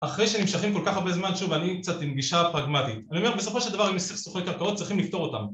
‫אחרי שנמשכים כל כך הרבה זמן, ‫שוב, אני קצת עם גישה פרגמטית. ‫אני אומר, בסופו של דבר, ‫אם יש סוכרי קרקעות, צריכים לפתור אותם.